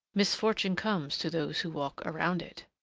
misfortune comes to those who walk around it.